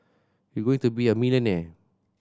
you're going to be a millionaire